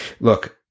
look